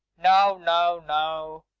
now, now, now.